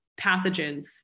pathogens